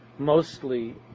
Mostly